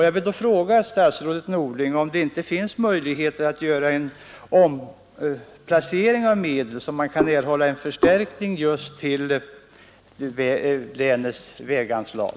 Jag vill då fråga statsrådet Norling om det finns möjligheter att göra en omfördelning av medlen så att en förstärkning kan erhållas just beträffande Örebro läns väganslag?